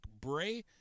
Bray